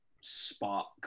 spark